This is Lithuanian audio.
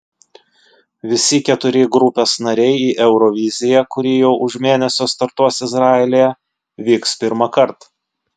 visi keturi grupės nariai į euroviziją kuri jau už mėnesio startuos izraelyje vyks pirmąkart